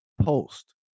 Post